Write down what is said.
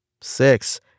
Six